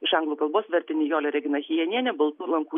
iš anglų kalbos vertė nijolė regina chijenienė baltų lankų leidykla